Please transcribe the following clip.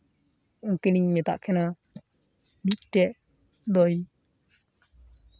ᱩᱱᱠᱤᱱᱤᱧ ᱢᱮᱛᱟᱫ ᱠᱤᱱᱟᱹ ᱢᱤᱫᱮᱡ ᱫᱚᱭ